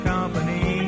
Company